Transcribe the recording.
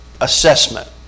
assessment